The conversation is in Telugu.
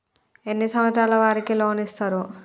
ఎన్ని సంవత్సరాల వారికి లోన్ ఇస్తరు?